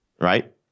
Right